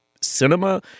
cinema